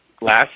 Last